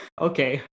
Okay